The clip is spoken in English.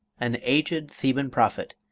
an aged theban prophet.